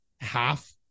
half